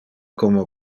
como